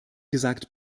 gesagt